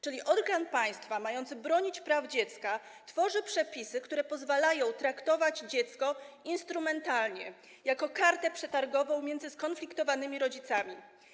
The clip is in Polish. Czyli organ państwa mający bronić praw dziecka tworzy przepisy, które pozwalają traktować dziecko instrumentalnie, jako kartę przetargową między skonfliktowanymi rodzicami.